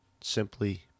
simply